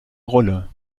rolle